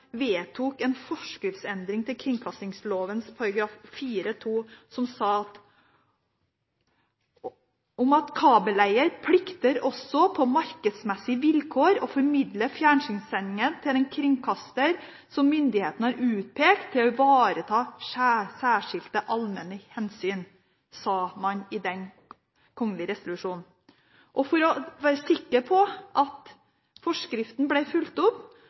vedtok en forskriftsendring til kringkastingsloven § 4-2, som sa: «Kabeleier plikter også på markedsmessige vilkår å formidle fjernsynssendingene til den kringkaster som myndighetene har utpekt til å ivareta særskilte allmenne hensyn.» For å være sikker på at forskriften ble fulgt opp,